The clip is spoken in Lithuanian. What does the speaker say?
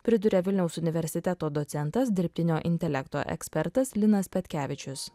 priduria vilniaus universiteto docentas dirbtinio intelekto ekspertas linas petkevičius